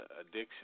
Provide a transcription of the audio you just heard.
addiction